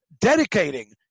dedicating